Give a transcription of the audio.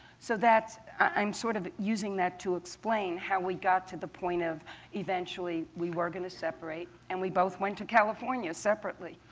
so i'm sort of using that to explain how we got to the point of eventually we were going to separate. and we both went to california separately.